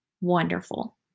wonderful